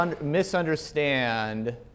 misunderstand